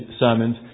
sermons